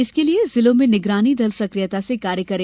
इसके लिये जिलों में निगरानी दल सक्रियता से कार्य करें